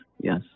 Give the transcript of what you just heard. yes